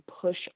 push